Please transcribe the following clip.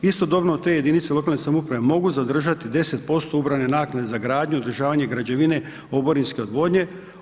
Istodobno te jedinice lokalne samouprave mogu zadržati 10% ubrane naknade za gradnju, održavanje građevine oborinske odvodnje.